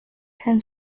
ten